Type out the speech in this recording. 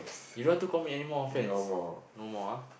you don't want to commit anymore offence no more ah